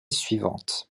suivante